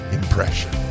impression